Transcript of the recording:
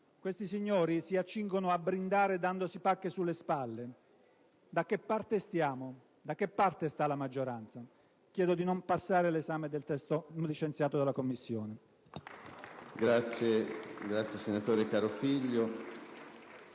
Questi signori si accingono a brindare dandosi pacche sulle spalle. Da che parte stiamo? Da che parte sta la maggioranza? Chiedo di non passare all'esame del testo licenziato dalla Commissione.